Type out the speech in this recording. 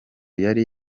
yari